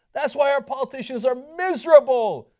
that's why our politicians are miserable,